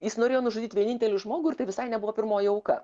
jis norėjo nužudyt vienintelį žmogų ir tai visai nebuvo pirmoji auka